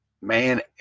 man